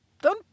done